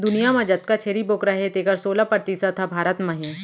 दुनियां म जतका छेरी बोकरा हें तेकर सोला परतिसत ह भारत म हे